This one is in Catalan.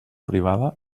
privada